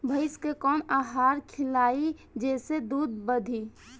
भइस के कवन आहार खिलाई जेसे दूध बढ़ी?